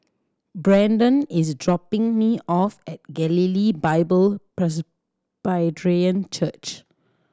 Braedon is dropping me off at Galilee Bible Presbyterian Church